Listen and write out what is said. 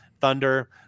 Thunder